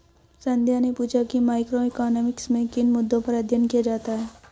संध्या ने पूछा कि मैक्रोइकॉनॉमिक्स में किन मुद्दों पर अध्ययन किया जाता है